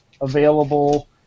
available